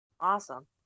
Awesome